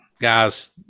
guys